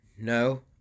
no